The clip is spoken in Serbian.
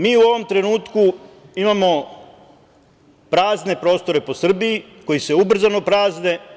Mi u ovom trenutku imamo prazne prostore po Srbiji, koji se ubrzano prazne.